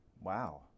Wow